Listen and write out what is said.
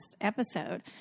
episode